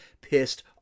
pissed